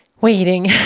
waiting